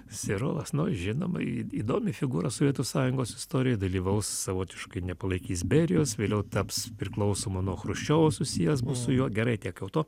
serovas nu žinoma į įdomi figūra sovietų sąjungos istorijoj dalyvaus savotiškai nepalaikys berijos vėliau taps priklausoma nuo chruščiovo susijęs su juo gerai tiek jau to